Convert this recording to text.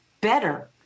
Better